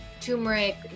turmeric